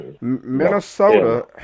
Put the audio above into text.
Minnesota